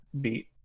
beat